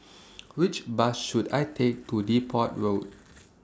Which Bus should I Take to Depot Road